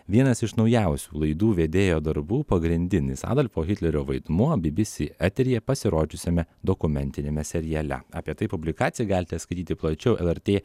vienas iš naujausių laidų vedėjo darbų pagrindinis adolfo hitlerio vaidmuo bbc eteryje pasirodžiusiame dokumentiniame seriale apie tai publikaciją galite skaityti plačiau lrt